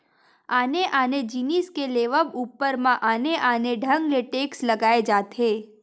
आने आने जिनिस के लेवब ऊपर म आने आने ढंग ले टेक्स लगाए जाथे